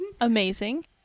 Amazing